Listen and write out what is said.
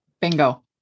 bingo